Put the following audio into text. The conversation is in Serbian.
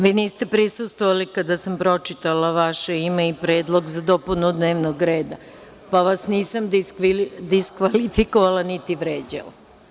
Vi niste prisustvovali kada sam pročitala vaše ime i Predlog za dopunu dnevnog reda, pa vas nisam diskvalifikovala niti vređala.